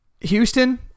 Houston